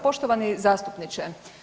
Poštovani zastupniče.